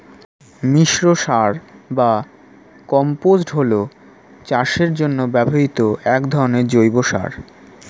মিশ্র সার বা কম্পোস্ট হল চাষের জন্য ব্যবহৃত এক ধরনের জৈব সার